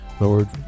Lord